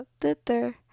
Twitter